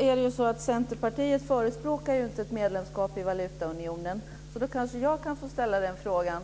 Fru talman! Nu förespråkar inte Centerpartiet ett medlemskap i valutaunionen. Då kanske jag kan få ställa frågan: